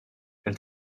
elle